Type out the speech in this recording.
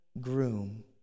groom